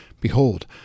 behold